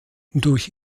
durch